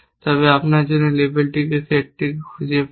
তবে আপনি এর জন্য এই লেবেলের সেটটি খুঁজে পেতে চান